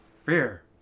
fear